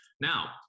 Now